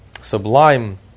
sublime